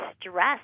stress